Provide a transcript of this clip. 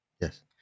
Yes